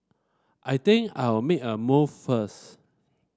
I think I'll make a move first